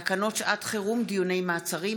תקנות שעת חירום (דיוני מעצרים),